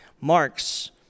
marks